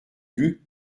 luc